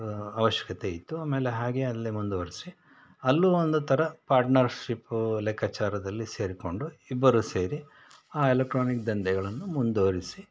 ಅವಶ್ಯಕತೆ ಇತ್ತು ಆಮೇಲೆ ಹಾಗೇ ಅಲ್ಲೇ ಮುಂದುವರೆಸಿ ಅಲ್ಲೂ ಒಂದು ಥರ ಪಾರ್ಟ್ನರ್ಶಿಪ್ಪು ಲೆಕ್ಕಾಚಾರದಲ್ಲಿ ಸೇರಿಕೊಂಡು ಇಬ್ಬರೂ ಸೇರಿ ಆ ಎಲೆಕ್ಟ್ರಾನಿಕ್ ದಂಧೆಗಳನ್ನು ಮುಂದುವರೆಸಿ